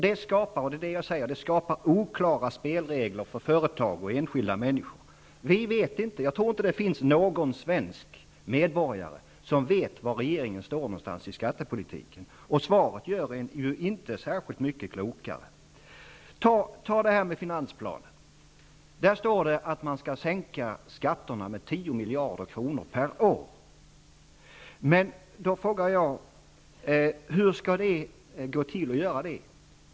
Detta skapar oklara spelregler för företag och enskilda människor. Jag tror inte att det finns någon svensk medborgare som vet var regeringen står i skattepolitiken, och Bo Lundgrens svar gör en inte särskilt mycket klokare. Tag finansplanen som exempel. Där står att skatterna skall sänkas med 10 miljarder kronor per år. Jag frågar då: Hur skall det gå till?